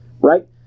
right